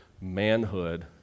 manhood